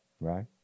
Right